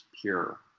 pure